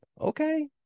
okay